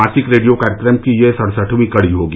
मासिक रेडियो कार्यक्रम की यह सड़सठवीं कड़ी होगी